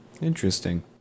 interesting